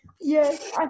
Yes